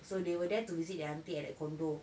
okay so they were there to visit their auntie at a condo